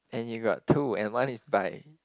and you got two and one is by